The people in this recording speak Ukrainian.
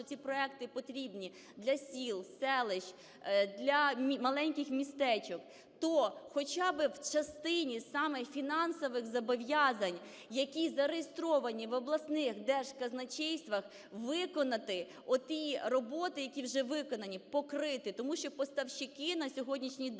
що ці проекти потрібні для сіл, селищ, для маленьких містечок, то хоча б в частині саме фінансових зобов'язань, які зареєстровані в обласних держказначействах, виконати, оті роботи, які вже виконані покрити. Тому що поставщики на сьогоднішній день